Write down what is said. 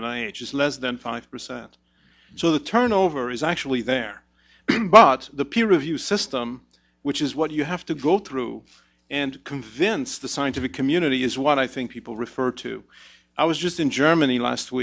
just less than five percent so the turnover is actually there but the peer review system which is what you have to go through and convince the scientific community is what i think people refer to i was just in germany last